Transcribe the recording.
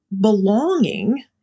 belonging